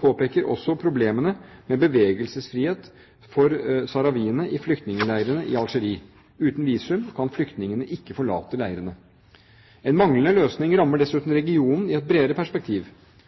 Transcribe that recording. påpeker også problemene med bevegelsesfrihet for sahrawiene i flyktningleirene i Algerie. Uten visum kan flyktningene ikke forlate leirene. En manglende løsning rammer dessuten regionen i et bredere perspektiv.